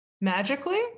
Magically